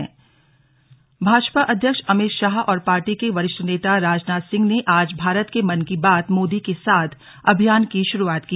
भारत के मन की बात भाजपा अध्यक्ष अमित शाह और पार्टी के वरिष्ठ नेता राजनाथ सिंह ने आज भारत के मन की बात मोदी के साथ अभियान की शुरुआत की